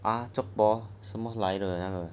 ah zhun bo 什么来的 eh 那个